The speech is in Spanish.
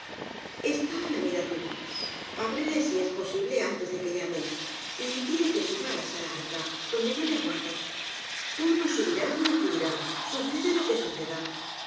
está á la mira tú ábrele si es posible antes de que llame y díle que suba á la sala alta donde yo le aguardo tú no subirás ni acudiiás suceda lo que suceda